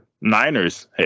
Niners